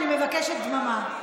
אני מבקשת דממה.